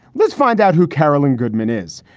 let's find out who carolyn goodman is.